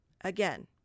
Again